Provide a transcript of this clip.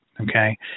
okay